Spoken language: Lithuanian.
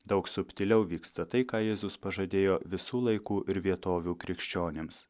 daug subtiliau vyksta tai ką jėzus pažadėjo visų laikų ir vietovių krikščionims